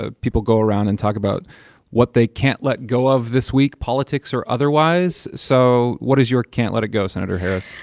ah people go around and talk about what they can't let go of this week, politics or otherwise. so what is your can't let it go, senator harris?